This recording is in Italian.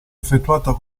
effettuata